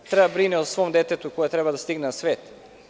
Treba da brine o svom detetu koje treba da stigne na svet.